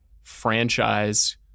franchise